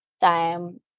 time